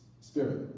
spirit